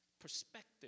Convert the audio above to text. perspective